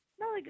No